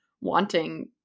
wanting